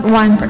one